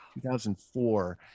2004